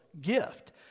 gift